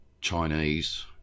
Chinese